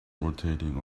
rotating